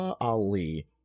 Ali